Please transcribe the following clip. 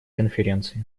конференции